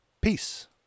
Peace